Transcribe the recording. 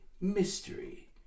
mystery